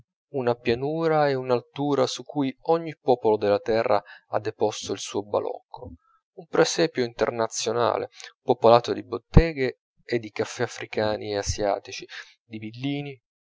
una pianura e un'altura su cui ogni popolo della terra ha deposto il suo balocco un presepio internazionale popolato di botteghe e di caffè africani ed asiatici di villini